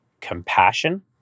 compassion